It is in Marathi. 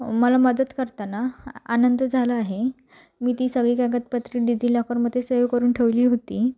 मला मदत करताना आनंद झाला आहे मी ती सगळी कागदपत्रं डिजीलॉकरमध्ये सेव करून ठेवली होती